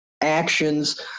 actions